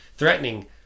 threatening